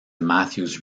matthews